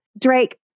Drake